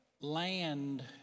land